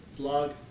vlog